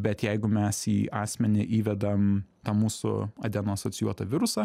bet jeigu mes į asmenį įvedam tą mūsų adeno asocijuotą virusą